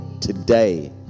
today